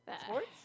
Sports